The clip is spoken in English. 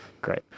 Great